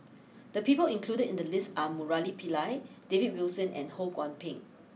the people included in the list are Murali Pillai David Wilson and Ho Kwon Ping